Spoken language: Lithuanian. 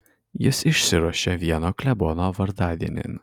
jis išsiruošė vieno klebono vardadienin